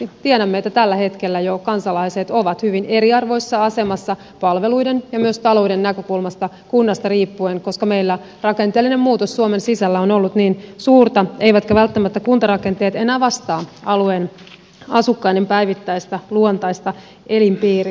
tiedämme että jo tällä hetkellä kansalaiset ovat hyvin eriarvoisessa asemassa palveluiden ja myös talouden näkökulmasta kunnasta riippuen koska meillä rakenteellinen muutos suomen sisällä on ollut niin suurta eivätkä välttämättä kuntarakenteet enää vastaa alueen asukkaiden päivittäistä luontaista elinpiiriä